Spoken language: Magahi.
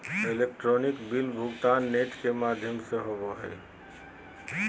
इलेक्ट्रॉनिक बिल भुगतान नेट के माघ्यम से होवो हइ